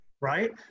right